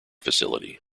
facility